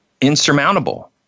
insurmountable